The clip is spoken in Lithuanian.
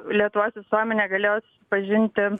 lietuvos visuomenė galėjo susipažinti